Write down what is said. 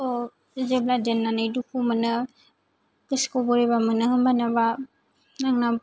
ओ जेब्ला जेननानै दुखु मोनो गोसोखौ बोरैबा मोनो हम्बानो आंना